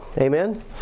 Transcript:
Amen